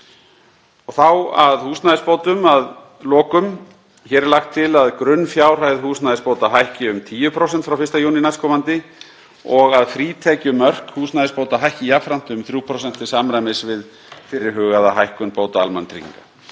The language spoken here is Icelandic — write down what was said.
Og þá að húsnæðisbótum: Hér er lagt til að grunnfjárhæð húsnæðisbóta hækki um 10% frá 1. júní nk. og að frítekjumörk húsnæðisbóta hækki jafnframt um 3% til samræmis við fyrirhugaða hækkun bóta almannatrygginga.